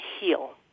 heal